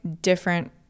different